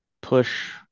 push